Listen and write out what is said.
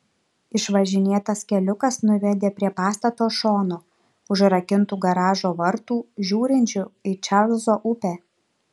išvažinėtas keliukas nuvedė prie pastato šono užrakintų garažo vartų žiūrinčių į čarlzo upę